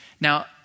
Now